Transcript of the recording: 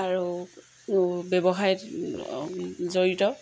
আৰু ব্যৱসায়ত জড়িত